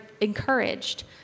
encouraged